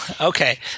okay